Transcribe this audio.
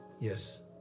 Yes